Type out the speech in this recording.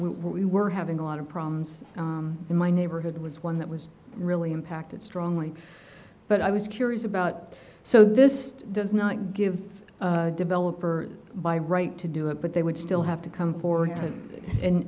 we were having a lot of problems in my neighborhood was one that was really impacted strongly but i was curious about so this does not give developer by right to do it but they would still have to come forward and